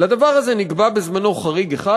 לדבר הזה נקבע בזמנו חריג אחד,